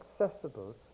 accessible